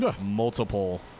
multiple